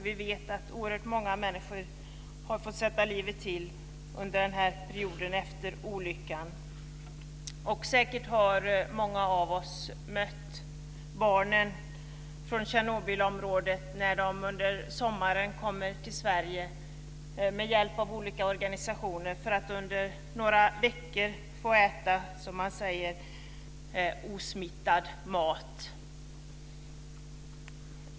Vi vet att oerhört många människor har fått sätta livet till under perioden efter olyckan. Säkert har många av oss mött barnen från Tjernobylområdet när de under sommaren har kommit till Sverige med hjälp av olika organisationer för att under några veckor få äta, som man säger, osmittad mat.